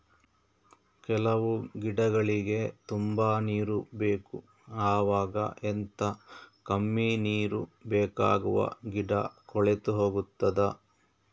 ಕೆಲವು ಗಿಡಗಳಿಗೆ ತುಂಬಾ ನೀರು ಬೇಕು ಅವಾಗ ಎಂತ, ಕಮ್ಮಿ ನೀರು ಬೇಕಾಗುವ ಗಿಡ ಕೊಳೆತು ಹೋಗುತ್ತದಾ?